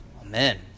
Amen